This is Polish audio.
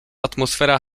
atmosfera